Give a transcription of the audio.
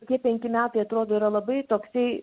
tie penki metai atrodo yra labai toksai